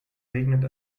regnet